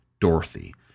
Dorothy